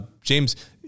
James